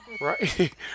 Right